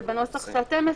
זה היה הנוסח שאתם הפצתם.